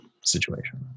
situation